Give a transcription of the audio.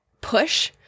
push